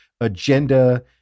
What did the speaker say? agenda